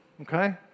Okay